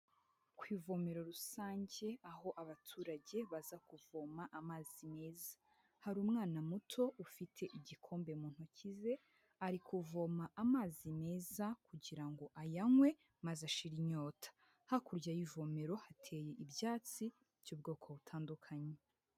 Ku ivomero rusange aho abaturage baza kuvoma amazi meza, hari umwana muto ufite igikombe mu ntoki ze ari kuvoma amazi meza kugira ngo ayanywe maze ashira inyota, hakurya y'ivomero hateye ibyatsi by'ubwoko butandukanye.